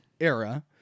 era